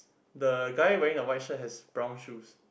the guy wearing a white shirt has brown shoes